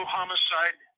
Homicide